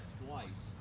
twice